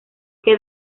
que